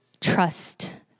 trust